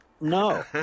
No